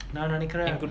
and good profits